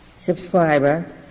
subscriber